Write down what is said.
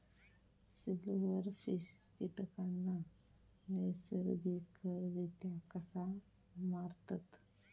Silverfish कीटकांना नैसर्गिकरित्या कसा मारतत?